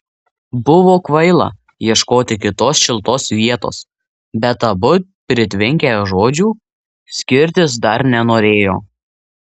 buvo kvaila ieškoti kitos šiltos vietos bet abu pritvinkę žodžių skirtis dar nenorėjo